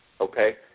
Okay